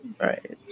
Right